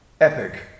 epic